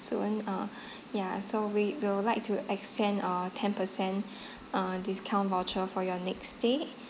soon uh ya so we will like to extend uh ten percent uh discount voucher for your next stay